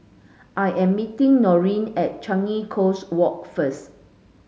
I am meeting Norine at Changi Coast Walk first